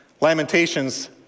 Lamentations